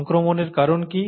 সংক্রমণের কারণ কী